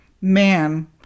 man